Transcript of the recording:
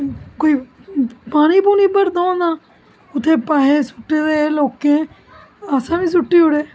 कोई पानी पोनी बरदा होंना उत्थै पैसे सुट्टे दे लोकें असें बी सुट्टी ओड़े